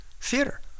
theater